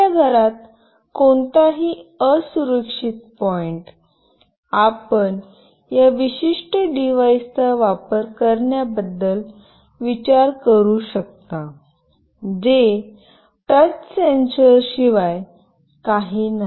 आपल्या घरात कोणताही असुरक्षित पॉईंट आपण या विशिष्ट डिव्हाइसचा वापर करण्याबद्दल विचार करू शकता जे टच सेन्सर शिवाय काही नाही